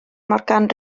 morgan